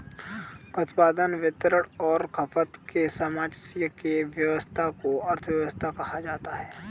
उत्पादन, वितरण और खपत के सामंजस्य की व्यस्वस्था को अर्थव्यवस्था कहा जाता है